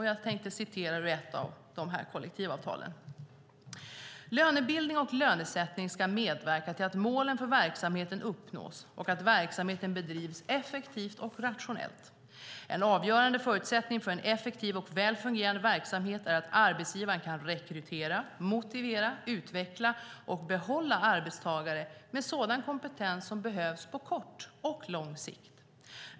Jag citerar ur ett av kollektivavtalen. "Lönebildning och lönesättning ska medverka till att målen för verksamheten uppnås och att verksamheten bedrivs effektivt och rationellt. En avgörande förutsättning för en effektiv och välfungerande verksamhet är att arbetsgivaren kan rekrytera, motivera, utveckla och behålla arbetstagare med sådan kompetens som behövs på kort och lång sikt.